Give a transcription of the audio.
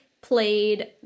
played